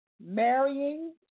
Marrying